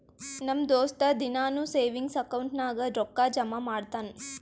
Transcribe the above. ನಮ್ ದೋಸ್ತ ದಿನಾನೂ ಸೇವಿಂಗ್ಸ್ ಅಕೌಂಟ್ ನಾಗ್ ರೊಕ್ಕಾ ಜಮಾ ಮಾಡ್ತಾನ